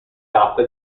tappe